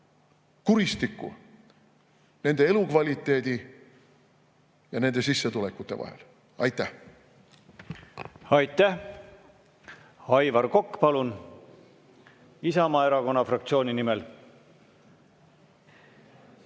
kuristikku nende elukvaliteedi ja nende sissetulekute vahel. Aitäh! Aitäh! Aivar Kokk, palun, Isamaa Erakonna fraktsiooni nimel!